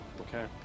Okay